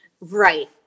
Right